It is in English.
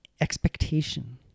expectation